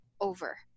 over